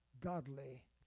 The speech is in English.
godly